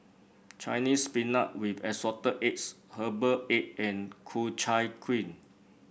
Chinese Spinach with Assorted Eggs Herbal Egg and Ku Chai Kuih